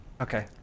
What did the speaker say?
okay